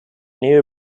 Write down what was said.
new